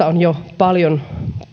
on jo paljon